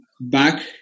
back